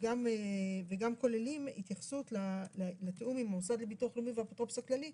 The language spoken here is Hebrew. וגם כוללים התייחסות לתיאום עם המוסד לביטוח לאומי והאפוטרופוס הכללי,